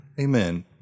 Amen